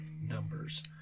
numbers